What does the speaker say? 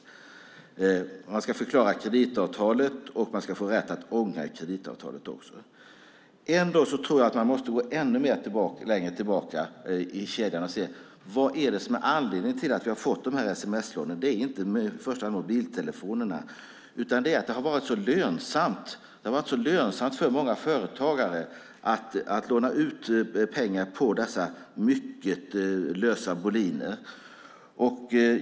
Kreditavtalet ska förklaras. Man ska också få rätt att ångra kreditavtalet. Jag tror ändå att man måste gå ännu längre tillbaka i kedjan och se: Vad är det som är anledningen till att vi har fått de här sms-lånen? Det är inte i första hand mobiltelefonerna, utan det är att det har varit så lönsamt för många företagare att låna ut pengar på dessa mycket lösa boliner.